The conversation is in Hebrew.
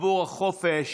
עבור החופש